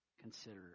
consider